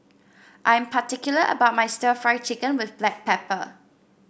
I'm particular about my stir Fry Chicken with Black Pepper